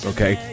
Okay